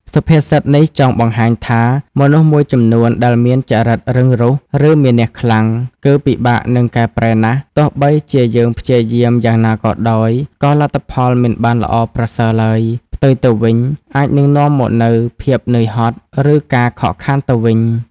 សុភាសិតនេះចង់បង្ហាញថា មនុស្សមួយចំនួនដែលមានចរិតរឹងរូស ឬមានះខ្លាំង គឺពិបាកនឹងកែប្រែណាស់ ទោះបីជាយើងព្យាយាមយ៉ាងណាក៏ដោយ ក៏លទ្ធផលមិនបានល្អប្រសើរឡើយ ផ្ទុយទៅវិញអាចនឹងនាំមកនូវភាពនឿយហត់ ឬការខកចិត្តទៅវិញ។